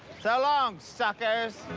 so long, suckers.